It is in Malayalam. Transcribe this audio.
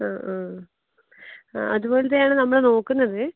ആ ആ അതുപോലത്തെയാണ് നമ്മൾ നോക്കുന്നത്